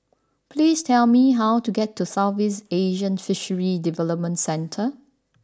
please tell me how to get to Southeast Asian Fisheries Development Centre